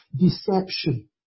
deception